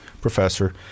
professor